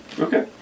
Okay